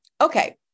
Okay